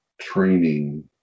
training